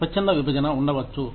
స్వచ్ఛంద విభజన ఉండవచ్చు